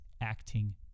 acting